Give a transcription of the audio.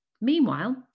Meanwhile